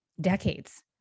decades